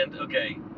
okay